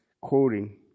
quoting